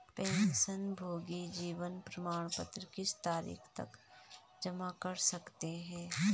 पेंशनभोगी जीवन प्रमाण पत्र किस तारीख तक जमा कर सकते हैं?